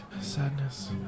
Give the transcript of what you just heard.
sadness